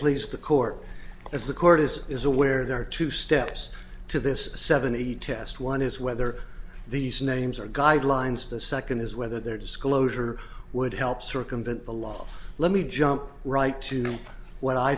please the court as the court is is aware there are two steps to this seventy test one is whether these names are guidelines the second is whether their disclosure would help circumvent the law let me jump right to know what i